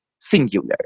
singular